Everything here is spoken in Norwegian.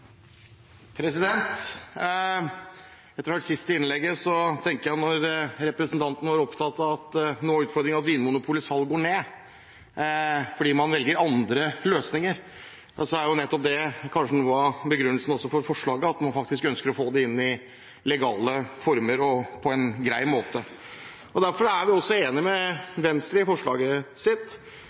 Etter å ha hørt det siste innlegget tenker jeg – når representanten var opptatt av at noe av utfordringen er at Vinmonopolets salg går ned fordi man velger andre løsninger – at det kanskje nettopp er noe av begrunnelsen for forslaget at man ønsker å få det inn i legale former, og på en grei måte. Derfor er vi enig med Venstre i